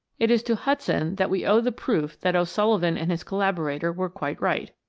it is to hudson that we owe the proof that o'sullivan and his collaborator were quite right.